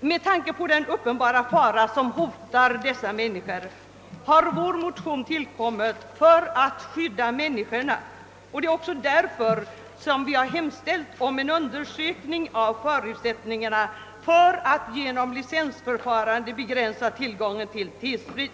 Med tanke på den uppenbara fara som hotar dessa människor har vår motion tillkommit för att skydda dem, och det är också därför som vi har hemställt om en undersökning av förutsättningarna för att genom licensförfarande begränsa tillgången till T-sprit.